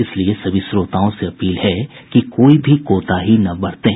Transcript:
इसलिए सभी श्रोताओं से अपील है कि कोई भी कोताही न बरतें